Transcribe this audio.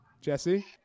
Jesse